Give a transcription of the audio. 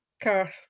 Car